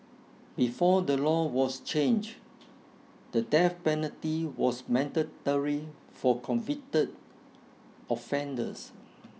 before the law was changed the death penalty was mandatory for convicted offenders